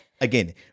again